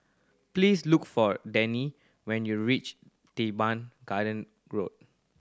please look for Dannie when you reach Teban Garden Road